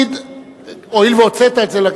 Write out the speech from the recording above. הואיל והוצאת את זה,